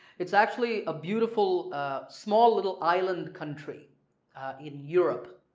it's actually a beautiful small little island country in europe.